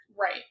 Right